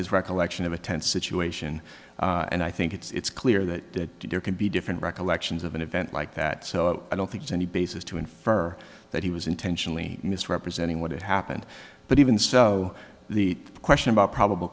his recollection of a tense situation and i think it's clear that there can be different recollections of an event like that so i don't think it's any basis to infer that he was intentionally misrepresenting what had happened but even so the question about probable